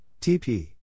TP